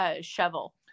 shovel